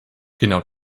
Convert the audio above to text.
genau